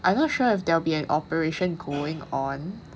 I'm not sure if there be an operation going on